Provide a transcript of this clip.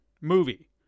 movie